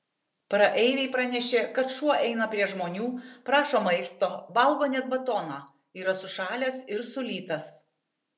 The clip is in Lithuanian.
praeiviai pranešė kad šuo eina prie žmonių prašo maisto valgo net batoną yra sušalęs ir sulytas